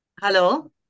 Hello